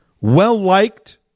well-liked